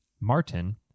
Martin